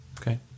Okay